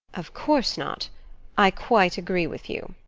of course not i quite agree with you.